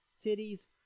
Titties